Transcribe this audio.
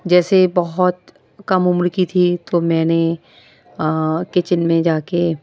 جیسے بہت کم عمر کی تھی تو میں نے کچن میں جا کے